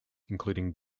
including